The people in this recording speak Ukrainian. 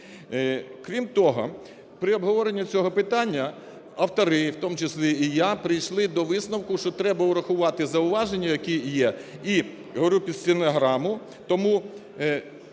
Крім того, при обговоренні цього питання автори, в тому числі і я прийшли до висновку, що треба врахувати зауваження, які є. І говорю під стенограму. Тому